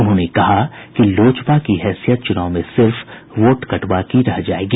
उन्होंने कहा कि लोजपा की हैसियत चुनाव में सिर्फ वोटकटवा की रह जायेगी